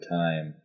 time